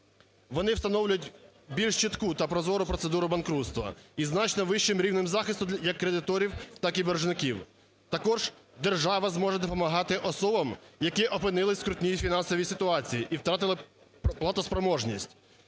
Вони встановлюють більш чітку та прозору процедуру банкрутства і з значно вищим рівнем захисту як кредиторів, так і боржників. Також держава зможе допомагати особам, які опинились в скрутній фінансовій ситуації і втратили платоспроможність.